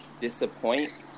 disappoint